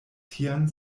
tian